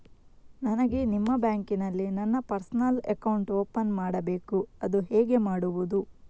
ನನಗೆ ನಿಮ್ಮ ಬ್ಯಾಂಕಿನಲ್ಲಿ ನನ್ನ ಪರ್ಸನಲ್ ಅಕೌಂಟ್ ಓಪನ್ ಮಾಡಬೇಕು ಅದು ಹೇಗೆ ಮಾಡುವುದು?